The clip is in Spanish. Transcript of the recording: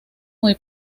muy